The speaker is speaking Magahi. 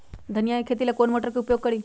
धनिया के खेती ला कौन मोटर उपयोग करी?